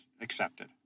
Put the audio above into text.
accepted